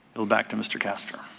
yield back to mr. castor.